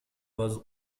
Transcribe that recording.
was